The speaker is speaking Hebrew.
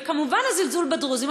וכמובן, הזלזול בדרוזים.